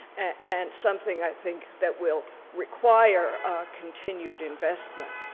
and something i think that will require continued investment.